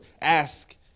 ask